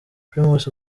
primus